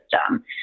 system